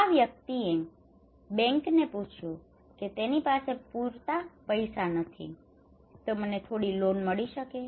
આ વ્યક્તિએ બેંકને પૂછ્યું કે તેની પાસે પૂરતા પૈસા નથી તો મને થોડી લોન મળી શકે